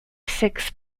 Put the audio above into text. six